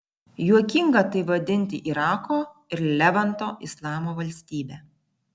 juokinga tai vadinti irako ir levanto islamo valstybe